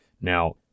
Now